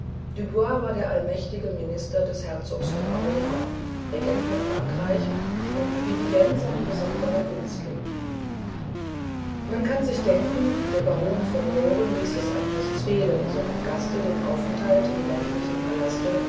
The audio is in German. war der allmächtige minister des herzogs von orleans regenten von frankreich und vivienne sein besonderer günstling man kann sich denken der baron von roren ließ es an nichts fehlen seinem gaste den aufenthalt im ländlichen palaste